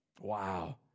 Wow